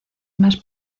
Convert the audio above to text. más